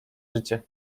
życie